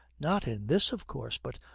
not in this of course. but,